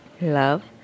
Love